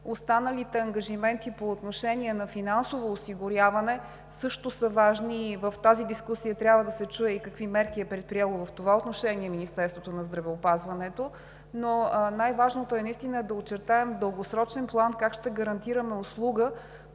Останалите ангажименти по отношение на финансовото осигуряване също са важни. В дискусията трябва да се чуе и какви мерки е предприело в това отношение Министерството на здравеопазването, но най-важното е наистина да очертаем в дългосрочен план как ще гарантираме услуга